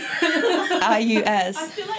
I-U-S